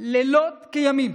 לילות כימים